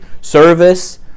service